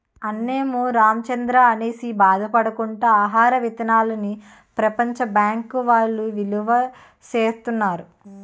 అన్నమో రామచంద్రా అనేసి బాధ పడకుండా ఆహార విత్తనాల్ని ప్రపంచ బ్యాంకు వౌళ్ళు నిలవా సేత్తన్నారు